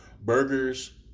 burgers